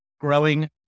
growing